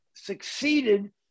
succeeded